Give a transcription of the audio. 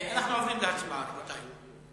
אנחנו עוברים להצבעה, רבותי.